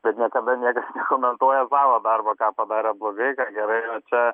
bet niekada niekas nekomentuoja savo darbo ką padarė blogai ką gerai o čia